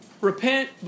repent